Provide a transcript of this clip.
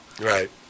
Right